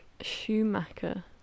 Schumacher